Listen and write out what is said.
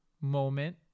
moment